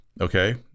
Okay